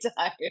time